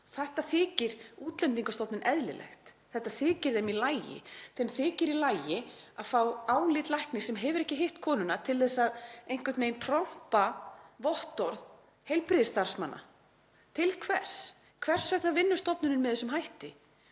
Þetta þykir Útlendingastofnun eðlilegt. Þetta þykir þeim í lagi. Þeim þykir í lagi að fá álit læknis sem hefur ekki hitt konu til að trompa vottorð heilbrigðisstarfsmanna. Til hvers? Hvers vegna vinnur stofnunin með þessum hætti?